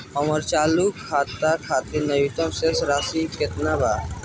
हमर चालू खाता खातिर न्यूनतम शेष राशि केतना बा?